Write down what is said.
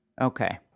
Okay